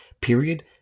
period